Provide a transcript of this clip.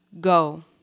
Go